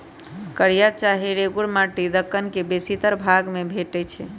कारिया चाहे रेगुर माटि दक्कन के बेशीतर भाग में भेटै छै